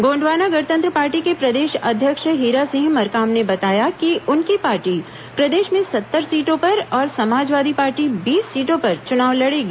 Gondwana Gantantra party के प्रदेश अध्यक्ष हीरासिंह मरकाम ने बताया कि उनकी पार्टी प्रदेश में सत्तर सीटों पर और समाजवादी पार्टी बीस सीटों पर चुनाव लड़ेगी